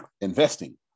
Investing